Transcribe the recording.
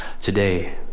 today